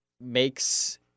makes